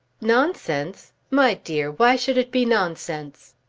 nonsense my dear! why should it be nonsense?